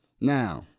Now